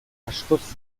askoz